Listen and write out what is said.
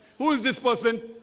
who is this person